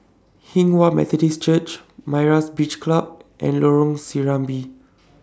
Hinghwa Methodist Church Myra's Beach Club and Lorong Serambi